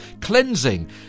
cleansing